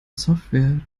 software